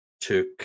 took